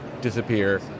disappear